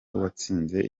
watsinze